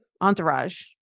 Entourage